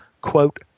Quote